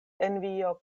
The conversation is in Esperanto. envio